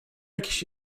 jakiś